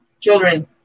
Children